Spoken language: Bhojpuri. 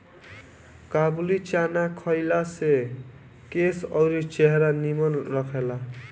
काबुली चाना खइला से केस अउरी चेहरा निमन रहेला